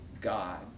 God